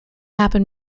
happen